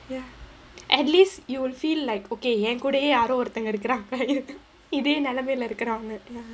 ya at least you will feel like okay என் கூடயே யாரோ ஒருத்தங்க இருக்குறாங்க:en koodayae yaaro oruthanga irukkuraanga இதே நிலமைல இருக்குறாங்க:ithae nilamaila irukkuraanga